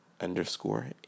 underscore